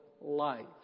life